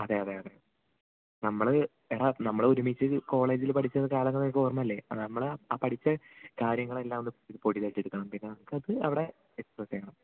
അതെ അതെ അതെ നമ്മൾ എടാ നമ്മൾ ഒരുമിച്ച് കോളേജിൽ പഠിച്ചിരുന്ന കാലങ്ങൾ നിനക്ക് ഓർമ്മയില്ലേ അത് നമ്മൾ ആ ആ പഠിച്ചത് കാര്യങ്ങളെല്ലാം ഒന്ന് പൊടി തട്ടിയെടുക്കണം പിന്നെ അത് അവിടെ എടുത്ത് വച്ചേക്കണം